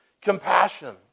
Compassion